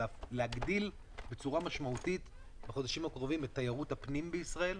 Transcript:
ולהגדיל בחודשים הקרובים בצורה משמעותית את תיירות הפנים בישראל.